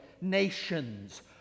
nations